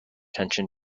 attention